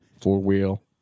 four-wheel